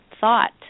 thought